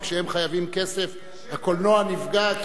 וכשהם חייבים כסף הקולנוע נפגע.